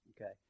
Okay